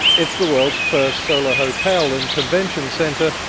it's the world's first solar hotel and convention centre,